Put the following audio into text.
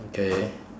okay